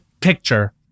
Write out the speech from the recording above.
Picture